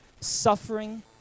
suffering